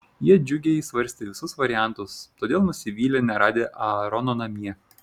jie džiugiai svarstė visus variantus todėl nusivylė neradę aarono namie